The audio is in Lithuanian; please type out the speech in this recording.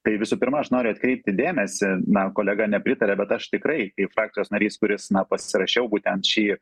tai visų pirma aš noriu atkreipti dėmesį na kolega nepritaria bet aš tikrai kaip frakcijos narys kuris na pasirašiau būtent šį